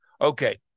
Okay